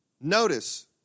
Notice